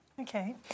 Okay